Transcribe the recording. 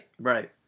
Right